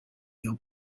your